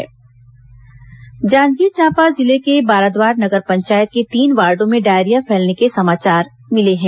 Janjgir diarrhoea Janjgir Champa जिले के बाराद्वार नगर पंचायत के तीन वार्डों में डायरिया फैलने के समाचार मिले हैं